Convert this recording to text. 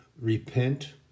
repent